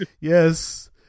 Yes